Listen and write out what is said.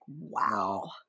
wow